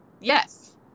Yes